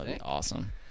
Awesome